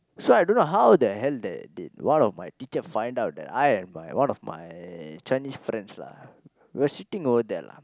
so I don't know how the hell that did one of my teacher find out that I and my one of my Chinese friend lah will sitting over there lah